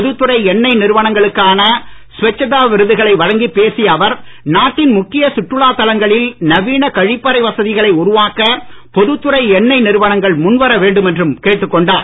பொதுத் துறை எண்ணெய் நிறுவனங்களுக்கான ஸ்வச்தா விருதுகளை வழங்கிப் பேசிய அவர் நாட்டின் முக்கிய சுற்றுலாத் தலங்களில் நவீன கழிப்பறை வசதிகளை உருவாக்க பொதுத் துறை எண்ணெய் நிறுவனங்கள் முன்வர வேண்டும் என்றும் கேட்டுக் கொண்டார்